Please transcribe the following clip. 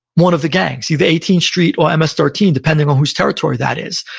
one of the gangs, either eighteenth street or ms thirteen, depending on whose territory that is.